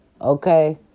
okay